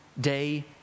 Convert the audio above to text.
day